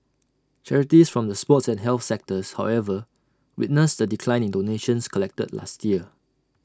charities from the sports and health sectors however witnessed A decline in donations collected last year